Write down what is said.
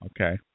Okay